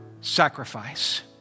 sacrifice